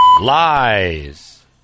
lies